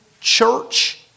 church